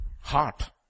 Heart